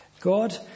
God